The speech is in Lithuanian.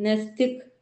nes tik